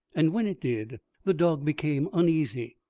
and when it did the dog became uneasy,